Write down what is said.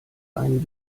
einen